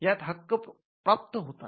यातून हक्क प्राप्त होतात